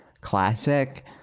classic